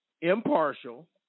impartial